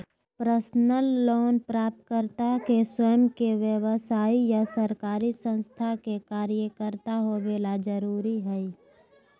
personal loan प्राप्तकर्ता के स्वयं के व्यव्साय या सरकारी संस्था में कार्यरत होबे ला जरुरी हइ